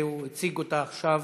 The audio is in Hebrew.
והוא הציג אותה עכשיו